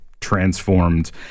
transformed